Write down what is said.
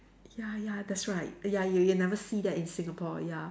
ya ya that's right ya you will never see that in Singapore ya